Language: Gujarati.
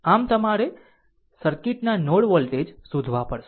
આમ તમારે સર્કિટના નોડ વોલ્ટેજ શોધવા પડશે